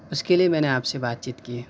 اس کے لیے میں نے آپ سے بات چیت کی ہے